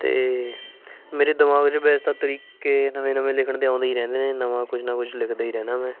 ਅਤੇ ਮੇਰੇ ਦਿਮਾਗ 'ਚ ਵੈਸੇ ਤਾਂ ਤਰੀਕੇ ਨਵੇਂ ਨਵੇਂ ਲਿਖਣ ਦੇ ਆਉਂਦੇ ਹੀ ਰਹਿੰਦੇ ਨੇ ਨਵਾਂ ਕੁਝ ਨਾ ਕੁਝ ਲਿਖਦਾ ਹੀ ਰਹਿੰਦਾ ਮੈਂ